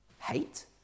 Hate